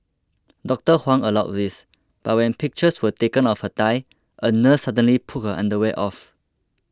Doctor Huang allowed this but when pictures were taken of her thigh a nurse suddenly pulled her underwear off